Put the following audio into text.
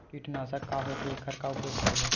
कीटनाशक का होथे एखर का उपयोग करबो?